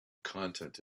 content